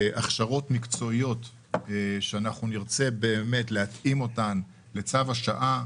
את ההכשרות המקצועיות נרצה להתאים לצו השעה,